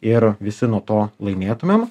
ir visi nuo to laimėtumėm